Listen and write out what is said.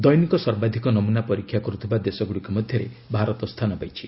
ଦୈନିକ ସର୍ବାଧିକ ନମୁନା ପରୀକ୍ଷା କରୁଥିବା ଦେଶଗୁଡ଼ିକ ମଧ୍ୟରେ ଭାରତ ସ୍ଥାନ ପାଇଛି